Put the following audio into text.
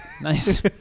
Nice